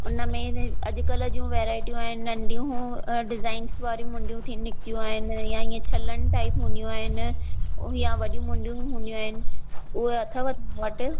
उन में अॼु कल्ह जूं वेरायटियूं आहिनि नंढियूं डिज़ाइंस वारी मुंडियूं निकतियूं आहिनि या इहे छलनि टाइप हूंदियूं आहिनि या वॾी मुंडियूं हूंदियूं आहिनि उहे अथव तव्हां वटि